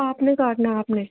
आप ने काटना आप ने